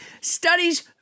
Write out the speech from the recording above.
Studies